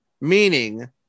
meaning